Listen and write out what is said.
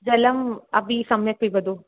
जलम् अपि सम्यक् पिबतु